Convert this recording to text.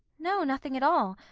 no, nothing at all.